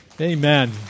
Amen